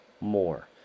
more